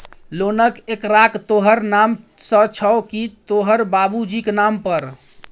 लोनक एकरार तोहर नाम सँ छौ की तोहर बाबुजीक नाम पर